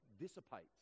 dissipates